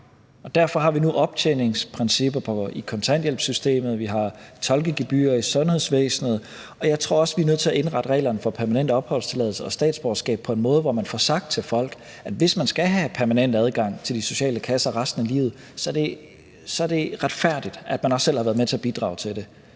Derfor har vi nu optjeningsprincipper i kontanthjælpssystemet, og vi har tolkegebyrer i sundhedsvæsenet, og jeg tror også, at vi er nødt til at indrette reglerne for permanent opholdstilladelse og statsborgerskab på en måde, hvor vi får sagt til folk, at hvis man skal have permanent adgang til de sociale kasser resten af livet, så er det retfærdigt, at man også selv har været med til at bidrage til det.